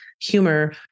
humor